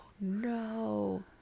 no